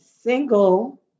Single